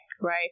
right